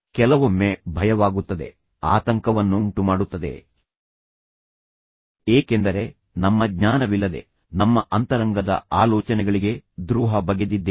ಕೆಲವೊಮ್ಮೆ ಭಯವಾಗುತ್ತದೆ ಆತಂಕವನ್ನುಂಟುಮಾಡುತ್ತದೆ ಏಕೆಂದರೆ ನಮ್ಮ ಜ್ಞಾನವಿಲ್ಲದೆ ನಮ್ಮ ಅಂತರಂಗದ ಆಲೋಚನೆಗಳಿಗೆ ದ್ರೋಹ ಬಗೆದಿದ್ದೇವೆ